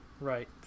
Right